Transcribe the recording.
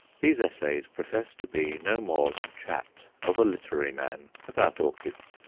these essays profess to be no more than chat of a literary man about orchids.